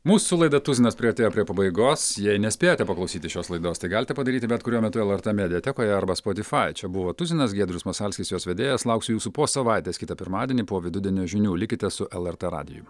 mūsų laida tuzinas priartėjo prie pabaigos jei nespėjote paklausyti šios laidos tai galite padaryti bet kuriuo metu lrt mediatekoje arba spotifai čia buvo tuzinas giedrius masalskis jos vedėjas lauksiu jūsų po savaitės kitą pirmadienį po vidudienio žinių likite su lrt radiju